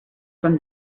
from